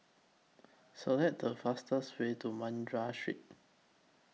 Select The fastest Way to Madras Street